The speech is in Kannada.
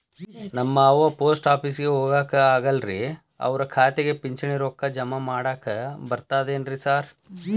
ನಮ್ ಅವ್ವ ಪೋಸ್ಟ್ ಆಫೇಸಿಗೆ ಹೋಗಾಕ ಆಗಲ್ರಿ ಅವ್ರ್ ಖಾತೆಗೆ ಪಿಂಚಣಿ ರೊಕ್ಕ ಜಮಾ ಮಾಡಾಕ ಬರ್ತಾದೇನ್ರಿ ಸಾರ್?